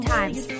Times